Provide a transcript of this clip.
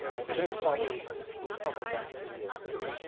he then follows crummell back to new york city.